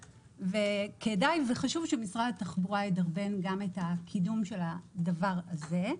וכדאי וחשוב שמשרד התחבורה ידרבן גם את קידום הדבר הזה.